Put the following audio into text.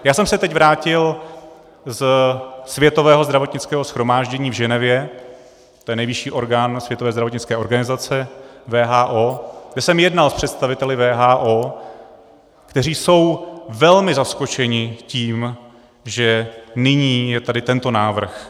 Já jsem se teď vrátil ze Světového zdravotnického shromáždění v Ženevě, to je nejvyšší orgán Světové zdravotnické organizace, WHO, kde jsem jednal s představiteli WHO, kteří jsou velmi zaskočeni tím, že nyní je tady tento návrh.